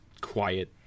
quiet